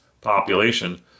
population